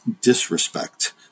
disrespect